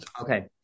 Okay